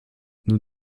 nous